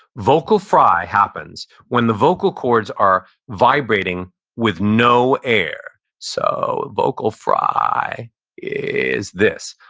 vocal fry happens when the vocal cords are vibrating with no air, so vocal fry is this.